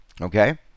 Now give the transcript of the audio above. okay